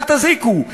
אל תזיקו.